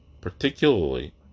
particularly